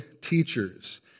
teachers